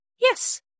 Yes